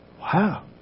Wow